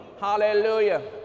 Hallelujah